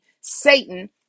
Satan